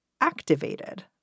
activated